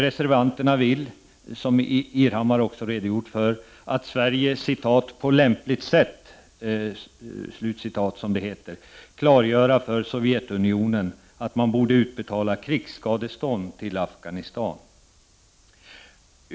Reservanterna vill, som Ingbritt Irhammar också redovisat, att Sverige ”på lämpligt sätt” klargör för Sovjetunionen att man borde utbetala krigsskadestånd till Afghanistan.